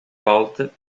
volta